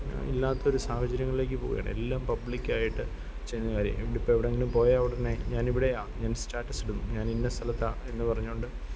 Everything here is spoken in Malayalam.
ഇല്ലാത്തൊരു സാഹചര്യങ്ങളിലെക്ക് പോവുകയാണ് എല്ലാം പബ്ലിക്കായിട്ട് ചെയ്യുന്ന കാര്യങ്ങള് ഇവിടിപ്പം എവിടെങ്കിലും പോയാൽ ഉടനെ ഞാനിവിടെയാണ് എന്ന് സ്റ്റാറ്റസിടുന്നു ഞാനിന്ന സ്ഥലത്താണ് എന്ന് പറഞ്ഞോണ്ട്